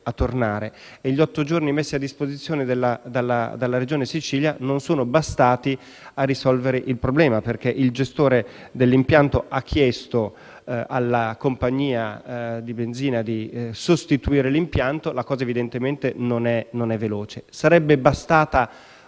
ritorno. Gli otto giorni messi a disposizione dalla Regione Sicilia non sono bastati a risolvere il problema, perché il gestore dell'impianto ha chiesto alla compagnia di benzina di sostituire l'impianto. La cosa evidentemente non è veloce. Sarebbe bastata